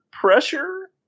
pressure